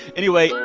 anyway,